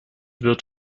wird